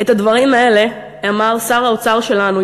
את הדברים האלה אמר שר האוצר שלנו,